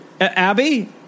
Abby